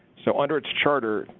so under its charter,